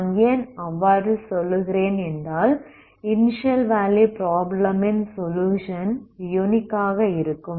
நான் ஏன் அவ்வாறு சொல்கிறேன் என்றால் இனிஸியல் வேல்யூ ப்ராப்ளம் ன் சொலுயுஷன் யுனிக்காக இருக்கும்